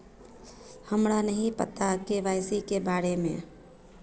हमरा नहीं पता के.वाई.सी के बारे में?